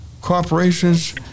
corporations